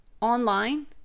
online